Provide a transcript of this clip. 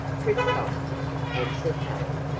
precisely, answered helen.